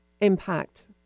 impact